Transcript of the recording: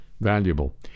valuable